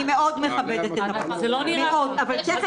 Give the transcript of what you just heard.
אני מאוד מכבדת את המקום, מאוד, אבל תכף